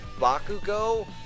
Bakugo